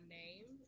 name